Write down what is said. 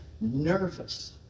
nervous